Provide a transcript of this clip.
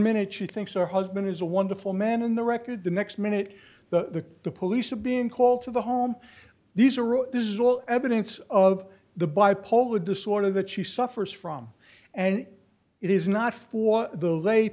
minute she thinks her husband is a wonderful man in the record the next minute the police are being called to the home these are all this is all evidence of the bipolar disorder that she suffers from and it is not for the la